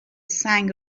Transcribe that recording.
سنگ